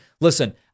listen